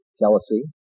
jealousy